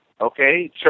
Okay